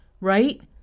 Right